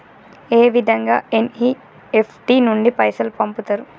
ఏ విధంగా ఎన్.ఇ.ఎఫ్.టి నుండి పైసలు పంపుతరు?